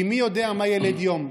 כי מי יודע מה ילד יום.